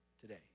today